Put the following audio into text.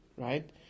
Right